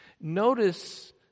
Notice